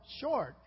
short